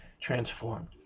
transformed